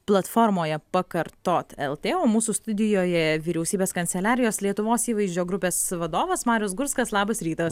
platformoje pakartot lt o mūsų studijoje vyriausybės kanceliarijos lietuvos įvaizdžio grupės vadovas marius gurskas labas rytas